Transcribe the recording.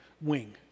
Wing